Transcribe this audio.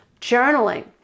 Journaling